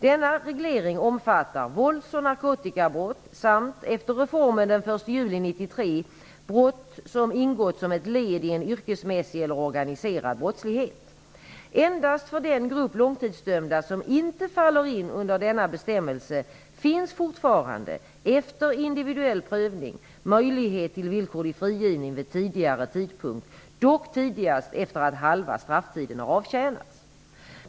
Denna reglering omfattar vålds och narkotikabrott samt -- efter reformen den 1 juli 1993 -- brott som ingått som ett led i en yrkesmässig eller organiserad brottslighet. Endast för den grupp långtidsdömda som inte faller in under denna bestämmelse finns fortfarande -- efter individuell prövning -- möjlighet till villkorlig frigivning vid tidigare tidpunkt, dock tidigast efter att halva strafftiden har avtjänats.